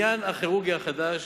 בניין הכירורגיה החדש,